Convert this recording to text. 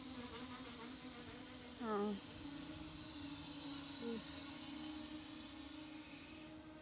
ᱚ ᱦᱩᱸ